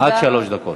עד שלוש דקות.